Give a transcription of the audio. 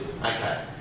Okay